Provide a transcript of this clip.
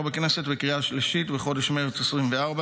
בכנסת בקריאה שלישית בחודש מרץ 2024,